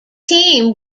team